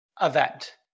event